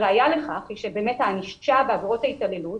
ראיה לכך היא הענישה בעבירות ההתעללות,